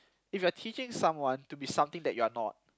if you are teaching someone to be something that you are not